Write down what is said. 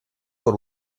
con